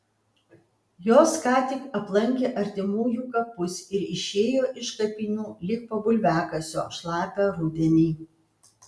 jos ką tik aplankė artimųjų kapus ir išėjo iš kapinių lyg po bulviakasio šlapią rudenį